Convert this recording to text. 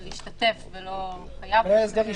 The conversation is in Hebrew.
שהוא ישתתף ולא חייב להשתתף.